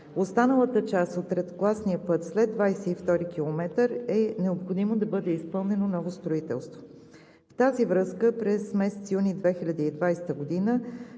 останалата част от третокласния път – след 22-ри км, е необходимо да бъде изпълнено ново строителство. В тази връзка през месец юни 2020 г.